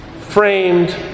framed